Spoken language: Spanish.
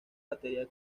batería